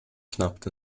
knappt